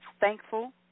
thankful